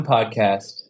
Podcast